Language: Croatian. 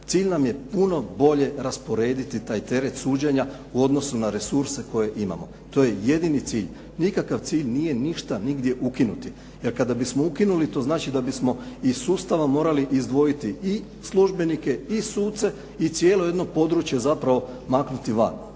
Cilj nam je puno bolje rasporediti taj teret suđenja u odnosu na resurse koje imamo. To je jedini cilj. Nikakav cilj nije nigdje ništa ukinuti. Jer kad bismo ukinuli to znači da bismo iz sustava morali izdvojiti i službenike i suce i cijelo jedno područje zapravo maknuti van.